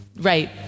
right